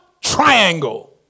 triangle